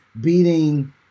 beating